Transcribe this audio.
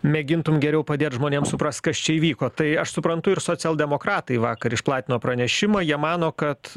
mėgintum geriau padėt žmonėm suprast kas čia įvyko tai aš suprantu ir socialdemokratai vakar išplatino pranešimą jie mano kad